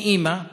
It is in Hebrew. אני אימא,